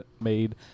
made